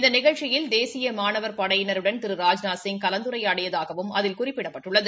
இந்த நிகழ்ச்சியில் தேசிய மாணவர் படையினருடன் திரு ராஜ்நாத்சிங் கலந்துரையாடியதாகவும் அதில் குறிப்பிடப்பட்டுள்ளது